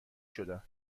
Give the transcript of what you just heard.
شدن